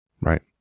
Right